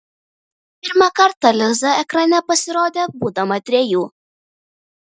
pirmą kartą liza ekrane pasirodė būdama trejų